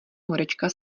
horečka